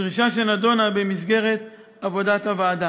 דרישה שנדונה במסגרת עבודת הוועדה.